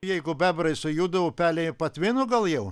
jeigu bebrai sujudo upeliai patvino gal jau